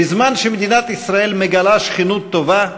בזמן שמדינת ישראל מגלה שכנות טובה,